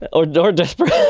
or desperate,